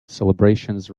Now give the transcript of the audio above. celebrations